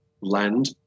land